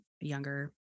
younger